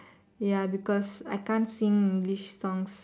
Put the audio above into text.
ya because I can't sing English songs